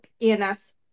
ens